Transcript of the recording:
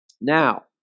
Now